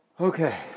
Okay